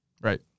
Right